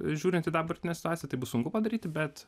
žiūrint į dabartinę situaciją tai bus sunku padaryti bet